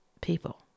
people